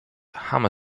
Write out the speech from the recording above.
hammer